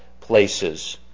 places